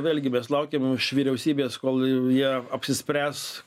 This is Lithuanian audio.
vėlgi mes laukiam iš vyriausybės kol jie apsispręs